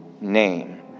name